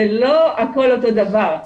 זה לא הכל אותו דבר,